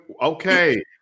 okay